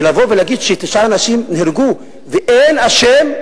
לבוא ולהגיד שתשעה אנשים נהרגו ואין אשם,